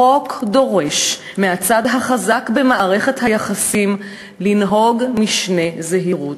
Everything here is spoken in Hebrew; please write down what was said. החוק דורש מהצד החזק במערכת היחסים לנהוג משנה זהירות,